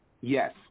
Yes